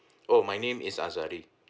oh my name is azahari